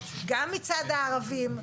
גם מצד הערבים,